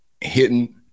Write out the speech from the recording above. hidden